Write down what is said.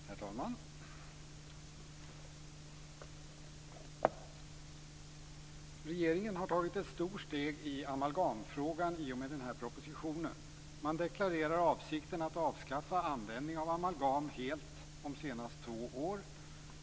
Herr talman! Regeringen har i och med den här propositionen tagit ett stort steg i amalgamfrågan. Man deklarerar avsikten att om senast två år helt avskaffa användningen av amalgam.